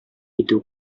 итү